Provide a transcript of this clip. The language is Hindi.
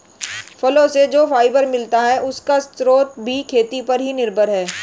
फलो से जो फाइबर मिलता है, उसका स्रोत भी खेती पर ही निर्भर है